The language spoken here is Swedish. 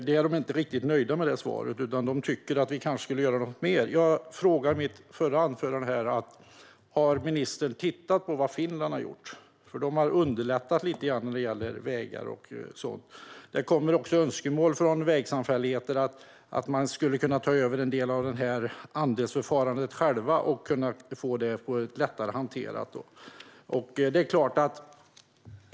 De brukar inte vara riktigt nöjda med det svaret, utan de vill att man ska göra någonting mer. I mitt förra anförande frågade jag: Har ministern tittat på hur man har gjort i Finland? Där har man underlättat när det gäller vägar och sådant. Det har kommit önskemål från vägsamfälligheter att de själva skulle kunna ta över en del av andelsförfarandet och på så sätt få en enklare hantering.